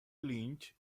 lynch